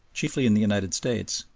chiefly in the united states,